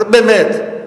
באמת,